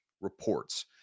reports